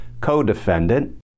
co-defendant